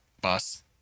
bus